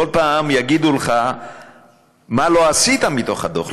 כל פעם יגידו לך מה לא עשית מתוך הדוח,